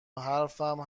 حرفم